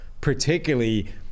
particularly